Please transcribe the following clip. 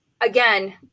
Again